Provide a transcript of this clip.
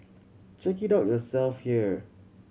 check it out yourself here